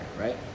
right